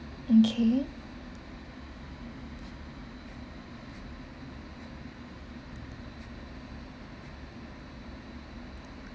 okay